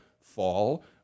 fall